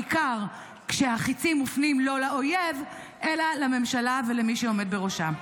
בעיקר בעיקר כשהחיצים מופנים לא לאויב אלא לממשלה ולמי שעומד בראשה.